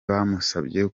bamusabye